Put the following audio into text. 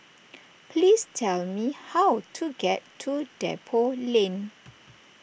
please tell me how to get to Depot Lane